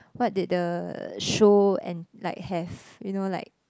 what did the show and like have you know like